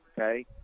okay